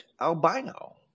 albino